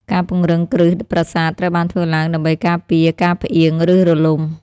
ការពង្រឹងគ្រឹះប្រាសាទត្រូវបានធ្វើឡើងដើម្បីការពារការផ្អៀង ឬរលំ។